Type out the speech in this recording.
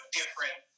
different